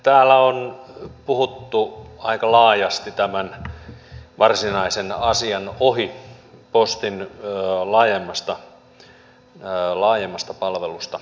täällä on puhuttu aika laajasti tämän varsinaisen asian ohi postin laajemmasta palvelusta